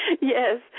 Yes